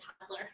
toddler